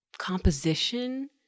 composition